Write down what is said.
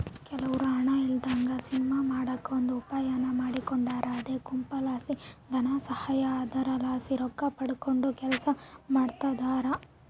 ಕೆಲವ್ರು ಹಣ ಇಲ್ಲದಂಗ ಸಿನಿಮಾ ಮಾಡಕ ಒಂದು ಉಪಾಯಾನ ಮಾಡಿಕೊಂಡಾರ ಅದೇ ಗುಂಪುಲಾಸಿ ಧನಸಹಾಯ, ಅದರಲಾಸಿ ರೊಕ್ಕಪಡಕಂಡು ಕೆಲಸ ಮಾಡ್ತದರ